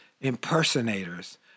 impersonators